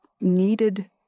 needed